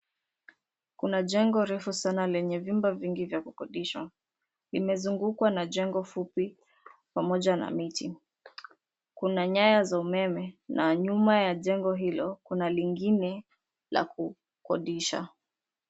Kuna jengo refu sana lenye vyumba vingi vya kukodisha. Imezungukwa na jengo fupi pamoja na miti. Kuna nyaya za umeme na nyuma ya jengo hilo kuna lingine la kukodisha.